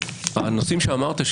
הנושאים שאמרת,